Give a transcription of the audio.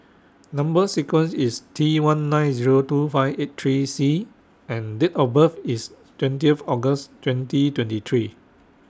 Number sequence IS T one nine Zero two five eight three C and Date of birth IS twentieth August twenty twenty three